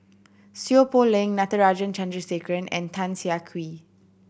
Seow Poh Leng Natarajan Chandrasekaran and Tan Siah Kwee